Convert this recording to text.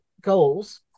goals